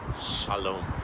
shalom